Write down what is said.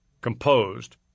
composed